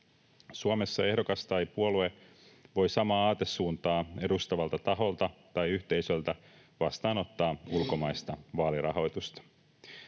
Suomessa ehdokas tai puolue voi samaa aatesuuntaa edustavalta taholta tai yhteisöltä vastaanottaa ulkomaista vaalirahoitusta.